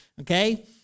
okay